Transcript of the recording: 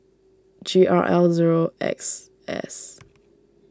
G R L zero X S